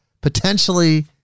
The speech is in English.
potentially